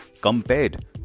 compared